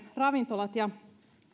ravintolat ja